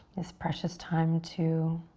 this precious time to